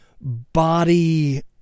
body